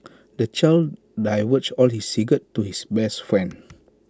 the child divulged all his secrets to his best friend